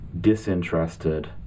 disinterested